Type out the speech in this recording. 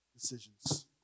decisions